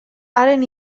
haren